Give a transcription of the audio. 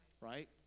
right